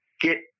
get